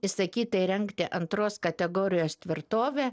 įsakyta įrengti antros kategorijos tvirtovę